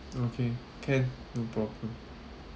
okay can no problem